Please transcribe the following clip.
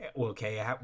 okay